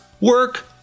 work